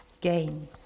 gain